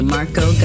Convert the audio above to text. Marco